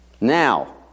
Now